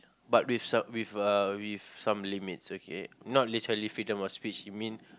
but with some with uh with some limits okay not literally freedom of speech you mean